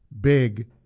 big